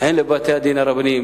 הן לבתי-הדין הרבניים,